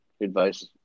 advice